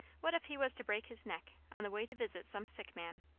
what if he was to break his neck, on the way to visit some sick man?